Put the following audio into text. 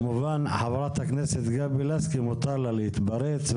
כמובן שלחה"כ גבי לסקי מותר להתפרץ,